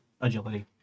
Agility